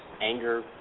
anger